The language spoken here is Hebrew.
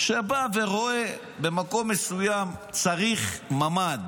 בא ורואה שבמקום מסוים צריך ממ"ד,